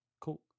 Cool